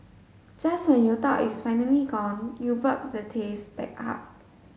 just when you thought it's finally gone you burp the taste back up